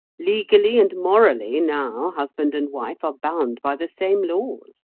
legally and morally now husband and wife are bound by the same laws.